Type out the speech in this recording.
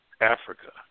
Africa